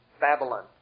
Babylon